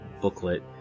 booklet